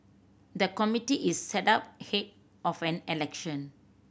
the committee is set up ahead of an election